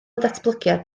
datblygiad